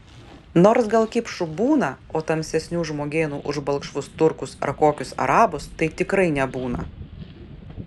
nors gal kipšų būna o tamsesnių žmogėnų už balkšvus turkus ar kokius arabus tai tikrai nebūna